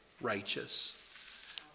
righteous